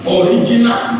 original